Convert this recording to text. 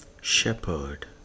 shepherd